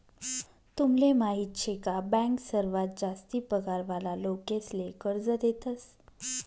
तुमले माहीत शे का बँक सर्वात जास्ती पगार वाला लोकेसले कर्ज देतस